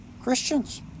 Christians